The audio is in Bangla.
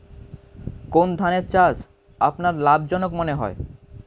কোন ধানের চাষ আপনার লাভজনক মনে হয়?